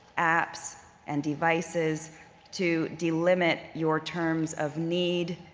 apps and devices to delimit your terms of need,